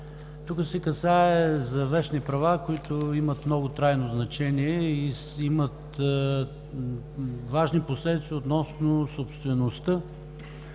Тук се касае за вещни права, които имат много трайно значение, имат важни последици относно собствеността.